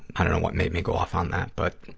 i don't know what made me go off on that, but.